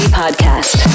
podcast